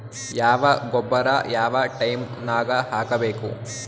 ಯಾವ ಗೊಬ್ಬರ ಯಾವ ಟೈಮ್ ನಾಗ ಹಾಕಬೇಕು?